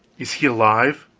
is he alive?